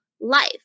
life